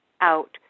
out